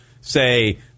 say